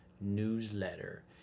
newsletter